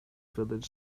village